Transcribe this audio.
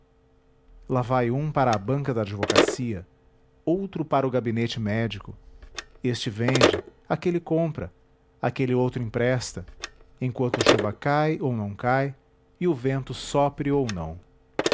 lá vai um para a banca da advocacia outro para o gabinete médico este vende aquele compra aquele outro empresta enquanto a chuva cai ou não cai e o vento sopre ou não